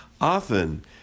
Often